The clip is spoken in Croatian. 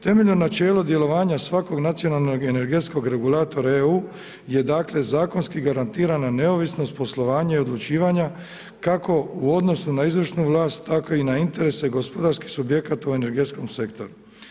Temeljna načela djelovanja svakog nacionalnog energetskog regulatora EU je zakonski garantiran neovisnosti poslovanje i odlučivanja kako u odnosu na izvršnu vlast, tako i na interese i gospodarske subjekta u energetskom sektoru.